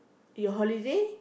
your holiday